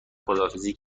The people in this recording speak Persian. خداحافظی